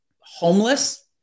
homeless